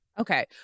Okay